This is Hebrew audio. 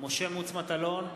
משה מטלון,